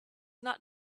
not